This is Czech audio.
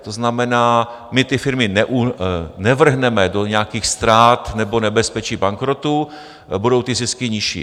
To znamená my ty firmy nevrhneme do nějakých ztrát nebo nebezpečí bankrotu, budou ty zisky nižší.